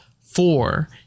four